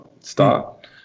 start